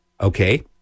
okay